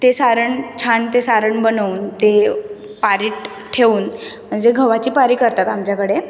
ते सारण छान ते सारण बनवून ते पारीत ठेवून म्हणजे गव्हाची पारी करतात आमच्याकडे